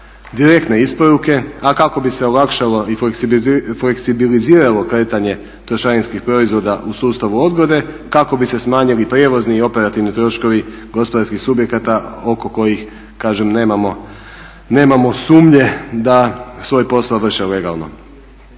direktne isporuke, a kako bi se olakšalo i fleksibiliziralo kretanje trošarinskih proizvoda u sustavu odgode, kako bi se smanjili prijevozni i operativni troškovi gospodarskih subjekata oko kojih kažem nemamo sumnje da svoj posao vrše legalno.